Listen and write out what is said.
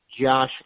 Josh